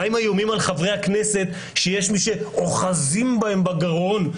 מה עם האיומים על חברי הכנסת שיש מי שאוחזים בהם בגרון?